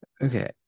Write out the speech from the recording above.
Okay